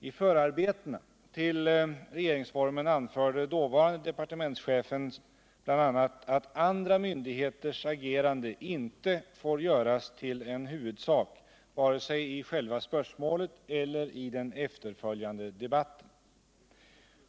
I förarbetena till regeringsformen anförde dåvarande departementschefen bl.a. att andra myndigheters agerande inte får göras till en huvudsak vare sig i själva spörsmålet eller i den efterföljande debatten.